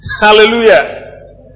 Hallelujah